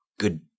Good